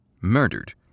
murdered